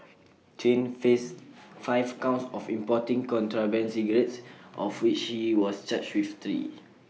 Chen faced five counts of importing contraband cigarettes of which he was charged with three